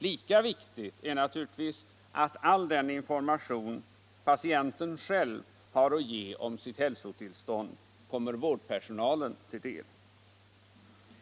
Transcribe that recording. Lika viktigt är att all den information patienten själv har att ge om sitt hälsotillstånd kommer vårdpersonalen till del.